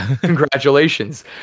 Congratulations